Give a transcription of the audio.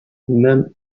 mêmes